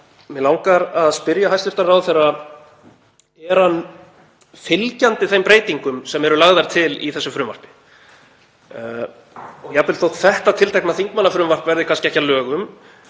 Mig langar að spyrja hæstv. ráðherra: Er hann fylgjandi þeim breytingum sem eru lagðar til í þessu frumvarpi? Jafnvel þótt þetta tiltekna þingmannafrumvarp verði kannski ekki að lögum,